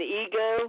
ego